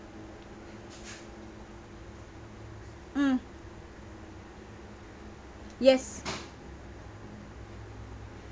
mm yes